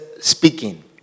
speaking